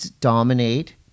dominate